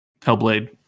Hellblade